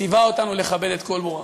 ציווה אותנו לכבד את כל ברואיו.